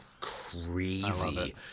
crazy